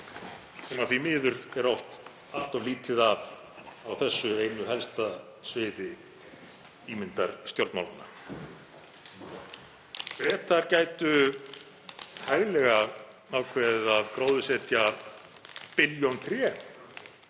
því miður oft er allt of lítið af á þessu einu helsta sviði ímyndarstjórnmálanna. Bretar gætu hæglega ákveðið að gróðursetja billjón